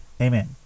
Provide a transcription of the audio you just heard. Amen